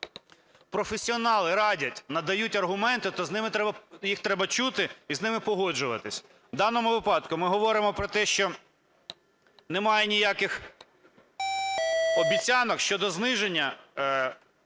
професіонали радять, надають аргументи, то з ними треба… їх треба чути і з ними погоджуватись. В даному випадку ми говоримо про те, що немає ніяких обіцянок щодо зниження